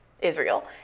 Israel